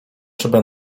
czyja